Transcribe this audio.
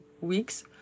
weeks